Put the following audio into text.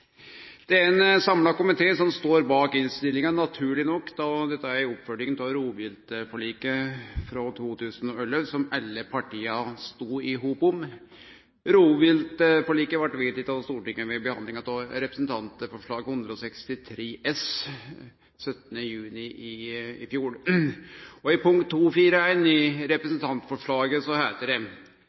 Det er ein samla komité som står bak innstillinga, naturleg nok, da dette er ei oppfølging av rovviltforliket frå 2011, som alle partia stod saman om. Rovviltforliket blei vedteke av Stortinget ved behandlinga av Representantforslag 163 S for 2010–2011 den 17. juni i fjor. I punkt 2.4.1 i representantforslaget heiter det: